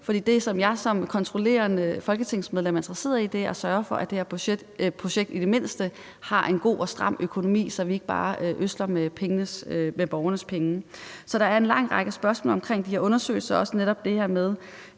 det, som jeg som kontrollerende folketingsmedlem er interesseret i, er at sørge for, at det her projekt i det mindste har en god og stram økonomi, så vi ikke bare rutter med borgernes penge. Så der er en lang række spørgsmål om de her undersøgelser, også netop det her med